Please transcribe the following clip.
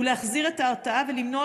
להחזיר את ההרתעה ולמנוע,